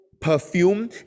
perfume